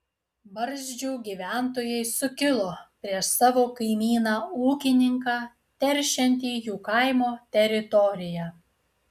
barzdžių gyventojai sukilo prieš savo kaimyną ūkininką teršiantį jų kaimo teritoriją